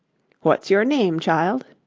what's your name, child